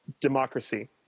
democracy